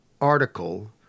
article